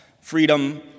Freedom